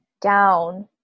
down